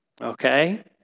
Okay